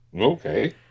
Okay